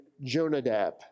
Jonadab